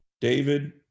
David